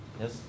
yes